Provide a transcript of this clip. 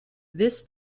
this